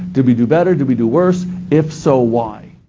did we do better? did we do worse? if so, why?